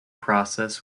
process